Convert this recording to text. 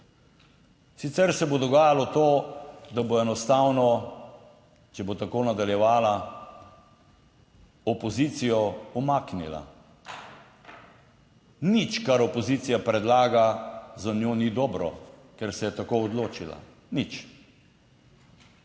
sicer se bo dogajalo to, da bo enostavno, če bo tako nadaljevala, opozicijo umaknila. Nič, kar opozicija predlaga za njo, ni dobro, ker se je tako odločila, nič.